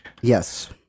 yes